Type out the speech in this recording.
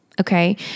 Okay